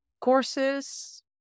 courses